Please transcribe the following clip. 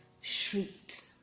shrieked